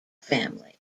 family